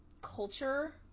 culture